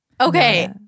Okay